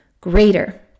greater